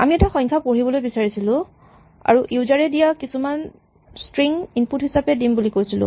আমি এটা সংখ্যা পঢ়িবলৈ বিচাৰিছিলো আৰু ইউজাৰ এ দিয়া কিছুমান স্ট্ৰিং ইনপুট হিচাপে দিম বুলি কৈছিলো